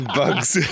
bugs